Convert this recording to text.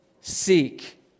seek